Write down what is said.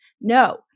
No